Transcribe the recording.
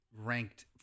ranked